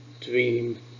dream